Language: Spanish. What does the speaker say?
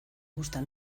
gustan